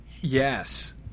Yes